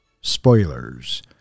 Spoilers